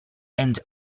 and